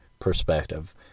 perspective